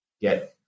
get